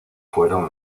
fueron